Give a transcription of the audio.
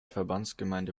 verbandsgemeinde